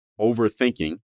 overthinking